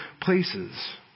places